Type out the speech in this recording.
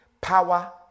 power